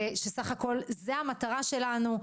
סך הכול זה המטרה שלנו.